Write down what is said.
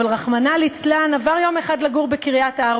אבל, רחמנא ליצלן, עבר יום אחד לגור בקריית-ארבע.